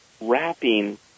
wrapping